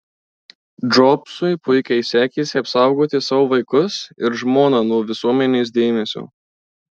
džobsui puikiai sekėsi apsaugoti savo vaikus ir žmoną nuo visuomenės dėmesio